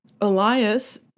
Elias